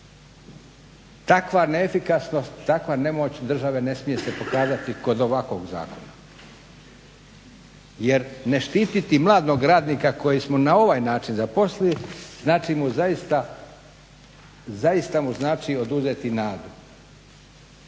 Takva neefikasnost, takva nemoć države ne smije se pokazati kod ovakvog zakona jer ne štititi mladog radnika kojeg smo na ovaj način zaposlili znači mu zaista oduzeti nadu.